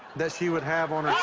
that she would have on